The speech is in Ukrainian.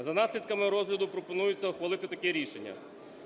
За наслідками розгляду пропонується ухвалити таке рішення.